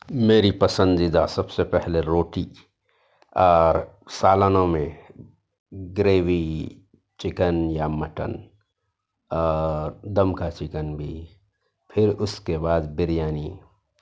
میری پسندیدہ سب سے پہلے روٹی اور سالنوں میں گریوی چکن یا مٹن دم کا چکن بھی پھر اس کے بعد بریانی